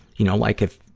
you know, like if,